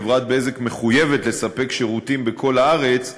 חברת "בזק" מחויבת לספק שירותים בכל הארץ,